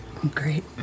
Great